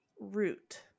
root